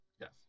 Yes